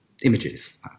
images